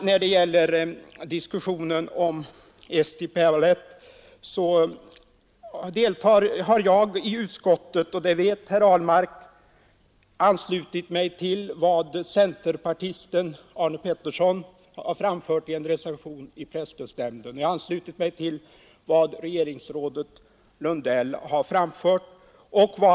När det gäller Eesti Päevaleht har jag i utskottet — det vet herr Ahlmark — anslutit mig till vad centerpartisten Arne Pettersson framfört i en reservation i presstödsnämnden, Jag har även anslutit mig till vad regeringsrådet Lundell framfört.